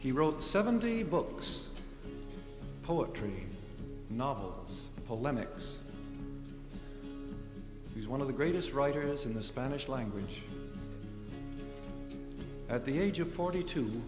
he wrote seventeen books poetry novel polemics he's one of the greatest writers in the spanish language at the age of forty two